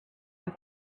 have